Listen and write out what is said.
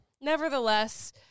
nevertheless